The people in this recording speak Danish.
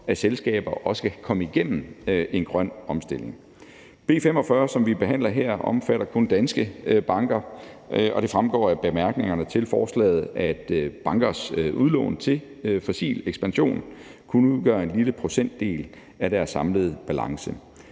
at selskaber også kan komme igennem en grøn omstilling. B 45, som vi behandler her, omfatter kun danske banker, og det fremgår af bemærkningerne til forslaget, at bankers udlån til fossil ekspansion kun udgør en lille procentdel af deres samlede balance.